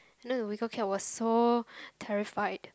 and then the weaker cat was so terrified